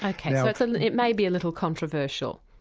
ah kind of like so it may be a little controversial.